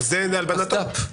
זה הלבנת הון.